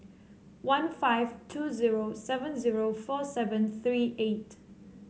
one five two zero seven zero four seven three eight